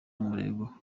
umurego